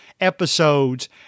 episodes